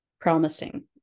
Promising